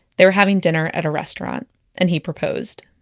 they were having dinner at a restaurant and he proposed.